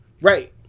Right